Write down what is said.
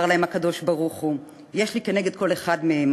אמר להם הקדוש-ברוך-הוא: יש לי כנגד כל אחד מהם,